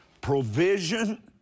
provision